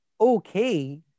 okay